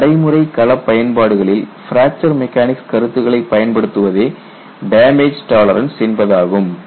எனவே நடைமுறை களப் பயன்பாடுகளில் பிராக்சர் மெக்கானிக்ஸ் கருத்துக்களை பயன்படுத்துவதே டேமேஜ் டாலரன்ஸ் என்பதாகும்